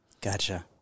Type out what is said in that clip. gotcha